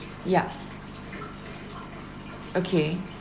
ya okay